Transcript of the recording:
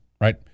right